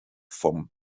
vom